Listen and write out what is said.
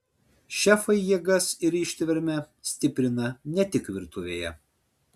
šefai jėgas ir ištvermę stiprina ne tik virtuvėje